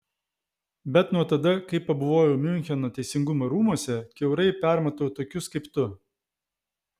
bet nuo tada kai pabuvojau miuncheno teisingumo rūmuose kiaurai permatau tokius kaip tu